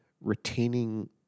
retaining